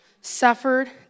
suffered